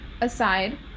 aside